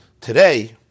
Today